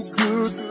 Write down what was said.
good